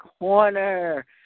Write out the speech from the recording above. Corner